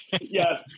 Yes